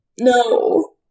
No